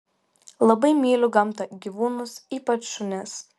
labai myliu gamtą gyvūnus ypač šunis